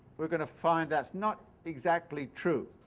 we're going to find that's not exactly true.